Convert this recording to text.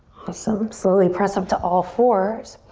awesome. slowly press up to all fours.